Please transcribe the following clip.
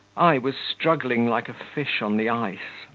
i was struggling like a fish on the ice,